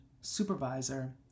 supervisor